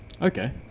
Okay